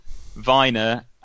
Viner